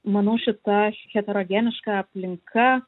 manau šita heterogeniška aplinka